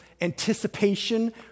anticipation